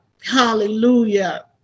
hallelujah